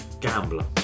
gambler